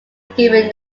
given